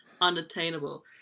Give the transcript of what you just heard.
Unattainable